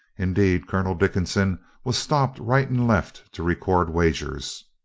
indeed, colonel dickinson was stopped right and left to record wagers.